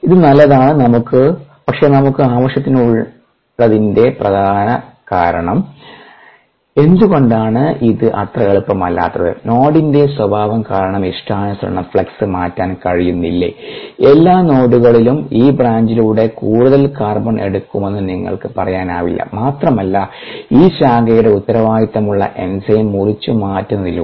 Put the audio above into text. ഇത് നല്ലതാണ് പക്ഷേ നമുക്ക് ആവശ്യമുള്ളതിന്റെ പ്രധാന കാരണം എന്തുകൊണ്ടാണ് ഇത് അത്ര എളുപ്പമല്ലാത്തത് നോഡിന്റെ സ്വഭാവം കാരണം ഇഷ്ടാനുസരണം ഫ്ലക്സ് മാറ്റാൻ കഴിയുന്നില്ലേ എല്ലാ നോഡുകളിലും ഈ ബ്രാഞ്ചിലൂടെ കൂടുതൽ കാർബൺ എടുക്കുമെന്ന് നിങ്ങൾക്ക് പറയാനാവില്ല മാത്രമല്ല ഈ ശാഖയുടെ ഉത്തരവാദിത്തമുള്ള എൻസൈം മുറിച്ചുമാറ്റുന്നതിലൂടെ